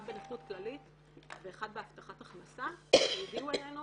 אחד בנכות כללית ואחד בהבטחת הכנסה שהגיעו אלינו.